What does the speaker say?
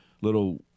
little